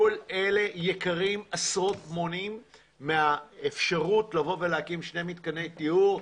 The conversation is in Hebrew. כל אלה יקרים עשרות מונים מהאפשרות להקים שני מתקני טיהור.